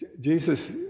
Jesus